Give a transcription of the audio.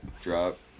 drop